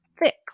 thick